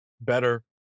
better